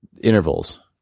intervals